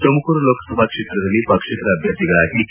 ತುಮಕೂರು ಲೋಕಸಭಾ ಕ್ಷೇತ್ರದಲ್ಲಿ ಪಕ್ಷೇತರ ಅಭ್ಯರ್ಥಿಗಳಾಗಿ ಕೆ